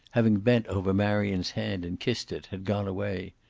having bent over marion's hand and kissed it, had gone away.